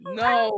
no